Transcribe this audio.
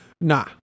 Nah